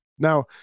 Now